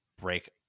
break